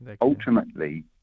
Ultimately